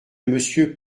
monsieur